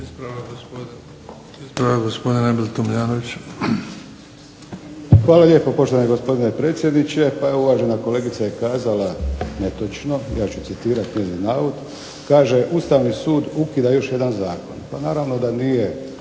Hvala lijepo poštovani gospodine predsjedniče. Pa evo uvažena kolegica je kazala netočno ja ću citirati njezin navod. Kaže: "Ustavni sud ukida još jedan zakon." Pa naravno da nije